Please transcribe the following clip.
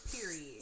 period